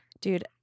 Dude